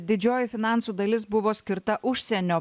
didžioji finansų dalis buvo skirta užsienio